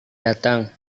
datang